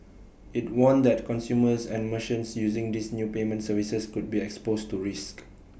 IT warned that consumers and merchants using these new payment services could be exposed to risks